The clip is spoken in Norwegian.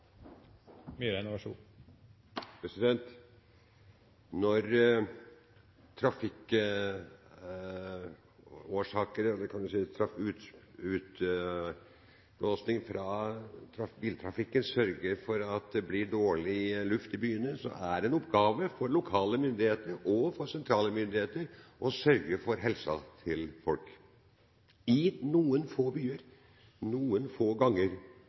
Når utblåsning fra biltrafikken sørger for at det blir dårlig luft i byene, er det en oppgave for lokale myndigheter og for sentrale myndigheter å sørge for helsen til folk – i noen få byer, noen få ganger,